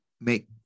make